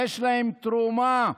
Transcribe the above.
יש להם תרומה.